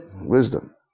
Wisdom